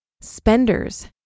Spenders